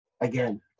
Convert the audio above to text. again